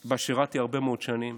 שבה שירתי הרבה מאוד שנים